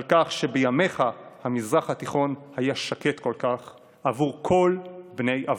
על כך שבימיך המזרח התיכון היה שקט כל כך בעבור כל בני אברהם.